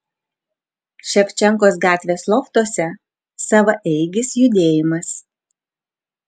ševčenkos gatvės loftuose savaeigis judėjimas